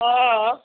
ହଁ